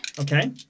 Okay